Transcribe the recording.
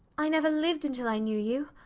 i never lived until i knew you.